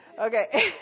okay